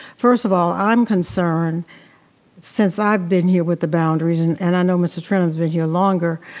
first of all, i'm concern since i've been here with the boundaries and and i know mr. trenum's been here longer,